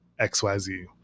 XYZ